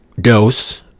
dose